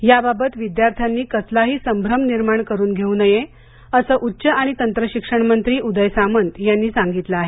याबाबत विद्यार्थ्यांनी कसलाही संभ्रम निर्माण करून घेऊ नये असं उच्च आणि तंत्र शिक्षण मंत्री उदय सामंत यांनी सांगितलं आहे